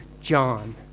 John